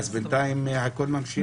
אז בינתיים, הכול ממשיך.